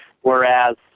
whereas